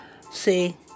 See